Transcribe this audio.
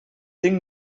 tinc